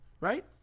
right